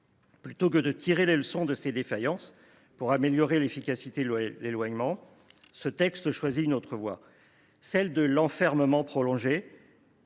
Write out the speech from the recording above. Plutôt que de tirer les leçons de ces défaillances pour améliorer l’efficacité de l’éloignement, ce texte choisit une autre voie : l’enfermement prolongé,